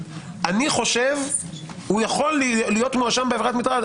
אני חושב שהוא יכול להיות מואשם בעבירת מטרד.